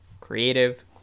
creative